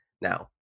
Now